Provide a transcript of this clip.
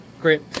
Great